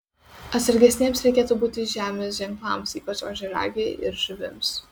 atsargesniems reikėtų būti žemės ženklams ypač ožiaragiui ir žuvims